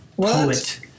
Poet